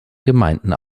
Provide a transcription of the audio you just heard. gemeinden